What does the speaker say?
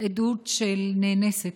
עדות של נאנסת: